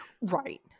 Right